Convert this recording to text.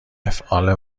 افعال